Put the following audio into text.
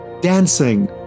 dancing